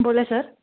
बोला सर